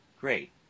great